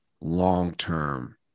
long-term